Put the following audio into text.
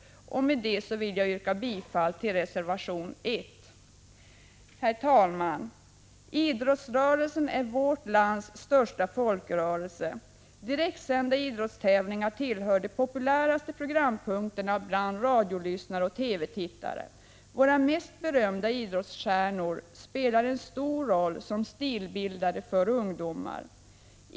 Med detta yrkar jag bifall till reservation 1. Herr talman! Idrottsrörelsen är vårt lands största folkrörelse. Direktsända idrottstävlingar tillhör de populäraste programpunkterna bland radiolyssnare och TV-tittare. Våra mest kända idrottsstjärnor spelar en stor roll som stilbildare för ungdomar.